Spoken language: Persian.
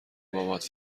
بابات